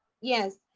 yes